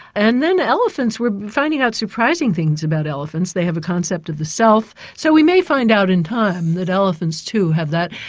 and then elephants, we're finding out surprising things about elephants. they have a concept of the self, so we might find out in time that elephants too, have that,